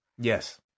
Yes